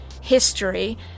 history